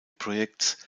projekts